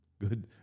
Good